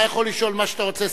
אתה יכול לשאול מה שאתה רוצה.